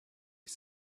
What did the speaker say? has